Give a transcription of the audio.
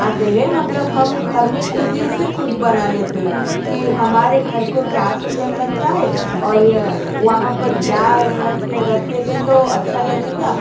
आते हैं मतलब हम घर में खुदी से ख़ुद बना लेते हैं कि हमारे घर को क्या सुन्दर लगता है और वहाँ पर क्या रखे रखेंगे तो अच्छा लगेगा